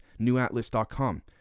newatlas.com